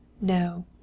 No